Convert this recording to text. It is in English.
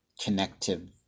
connective